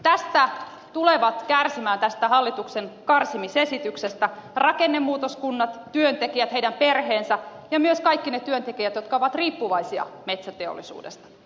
tästä hallituksen karsimisesityksestä tulevat kärsimään rakennemuutoskunnat työntekijät heidän perheensä ja myös kaikki ne työntekijät jotka ovat riippuvaisia metsäteollisuudesta